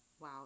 wow